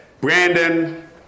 Brandon